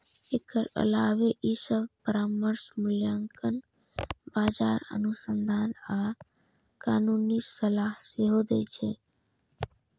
एकर अलावे ई सभ परामर्श, मूल्यांकन, बाजार अनुसंधान आ कानूनी सलाह सेहो दै छै